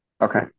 okay